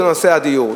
וזה נושא הדיור.